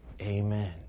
Amen